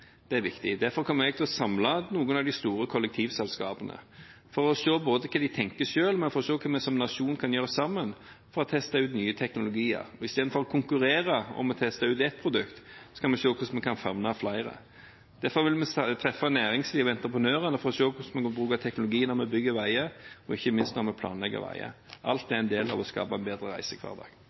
teknologi, er viktig. Derfor kommer jeg til å samle noen av de store kollektivselskapene for å se hva de tenker selv, men også for å se hva vi som nasjon kan gjøre sammen for å teste ut teknologier. Istedenfor å konkurrere om å teste ut ett produkt kan vi se hvordan vi kan favne flere. Derfor vil vi treffe næringslivet og entreprenørene for å se hvordan vi kan bruke teknologien når vi bygger veier, og ikke minst når vi planlegger veier. Alt er en del av å skape en bedre reisehverdag.